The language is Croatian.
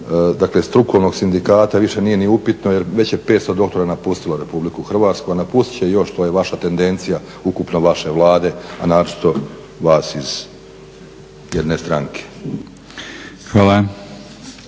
dakle strukovnog sindikata, više nije ni upitno jer već je 500 doktora napustilo Republiku Hrvatsku a napustiti će još, to je vaša tendencija ukupno vaše Vlade a naročito vas iz jedne stranke.